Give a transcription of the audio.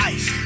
Ice